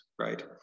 right